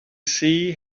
sea